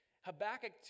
Habakkuk